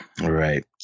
Right